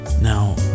Now